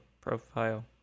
profile